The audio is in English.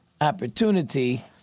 opportunity